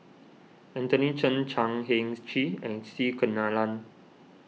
Anthony Chen Chan Heng Chee and C Kunalan